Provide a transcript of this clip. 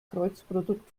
kreuzprodukt